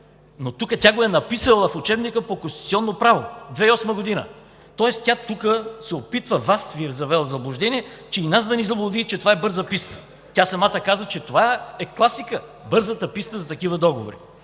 но тук тя го е написала в Учебника по конституционно право – 2008 г., тоест Вас Ви е въвела в заблуждение, опитва се и нас да ни заблуди, че това е „бърза писта“. Тя самата казва, че това е класика – бързата писта за такива договори.